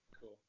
Cool